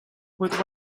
with